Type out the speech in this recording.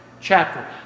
chapter